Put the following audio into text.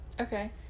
okay